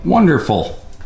Wonderful